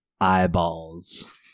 eyeballs